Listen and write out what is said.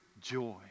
joy